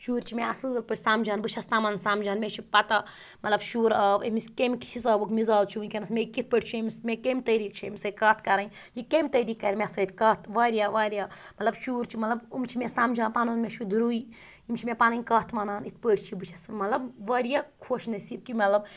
شُرۍ چھِ مےٚ اصل پٲٹھۍ سَمجان بہٕ چھس تِمَن سَمجان مےٚ چھِ پَتہ مَطلَب شُر آو أمِس کٕمہِ حِسابُک مِزاز چھُ وٕنکٮ۪نَس مےٚ کِتھ پٲٹھۍ چھُ أمِس مےٚ کَمہِ طٔریٖق چھ أمِس سۭتۍ کَتھ کَرٕنۍ یہِ کَمہِ طٔریٖق کَرِ مےٚ سۭتۍ کَتھ واریاہ واریاہ مَطلَب شُر چھُ مططب یِم چھِ مےٚ سَمجان پَنُن مےٚ چھُ دٕرُے یِم چھِ مےٚ پَنٕنۍ کَتھ وَنان یِتھ پٲٹھۍ چھِ بہٕ چھس مَطلَب واریاہ خۄش نٔصیٖب کہِ مَطلَب